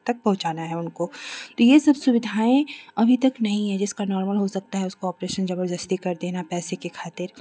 पहुँचाना है उनको तो ये सब सुविधाएँ अभी तक नहीं हैं जिसका नोर्मल हो सकता है उसको ऑपरेशन जबरदस्ती कर देना पैसे के खातिर